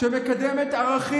השותפים